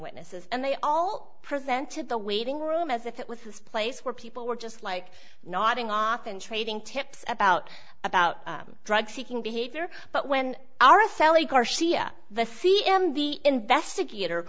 witnesses and they all presented the waiting room as if it was this place where people were just like nodding off and trading tips about about drug seeking behavior but when our s l a garcia the c m the investigator